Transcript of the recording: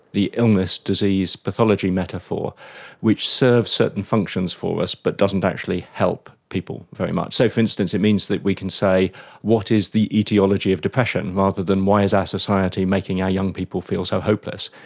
the illness disease pathology metaphor which serves certain functions for us but doesn't actually help people very much. so, for instance, it means we can say what is the aetiology of depression, rather than why is our society making our young people feel so hopeless?